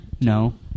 No